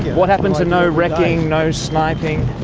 what happened to no wrecking, no sniping?